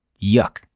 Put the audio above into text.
Yuck